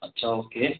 अच्छा ओके